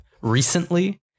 recently